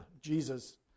Jesus